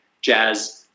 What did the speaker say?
jazz